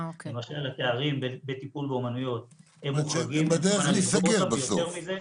למשל התארים בטיפול באמנויות -- הם בדרך להיסגר בסוף,